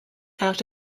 out